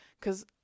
Cause